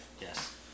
Yes